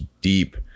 deep